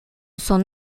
son